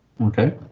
Okay